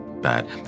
bad